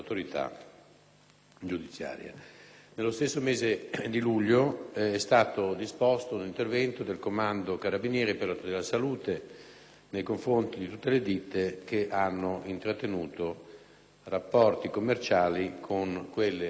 Nello stesso mese di luglio è stato disposto un intervento del comando carabinieri per la tutela della salute (NAS) nei confronti di tutte le ditte che hanno intrattenuto rapporti commerciali con quelle oggetto